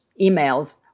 emails